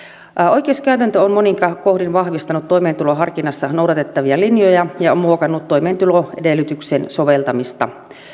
oikeuskäytäntö on monin kohdin vahvistanut toimeentuloharkinnassa noudatettavia linjoja ja on muokannut toimeentuloedellytyksen soveltamista